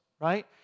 right